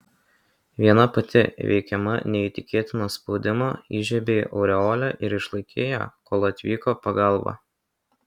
viena pati veikiama neįtikėtino spaudimo įžiebei aureolę ir išlaikei ją kol atvyko pagalba